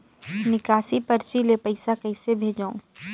निकासी परची ले पईसा कइसे भेजों?